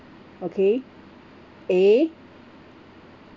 okay A